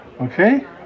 Okay